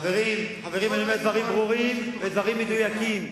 חברים, אני אומר דברים ברורים ומדויקים.